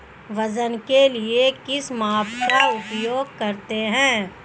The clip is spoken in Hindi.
वजन के लिए किस माप का उपयोग करते हैं?